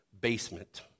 basement